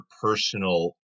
personal